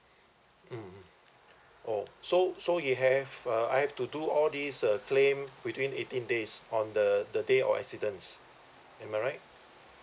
mmhmm oh so so he have uh I have to do all these uh claim within eighteen days on the the day of accidents am I right